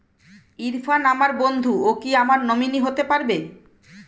ইরফান আমার বন্ধু ও কি আমার নমিনি হতে পারবে?